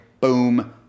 boom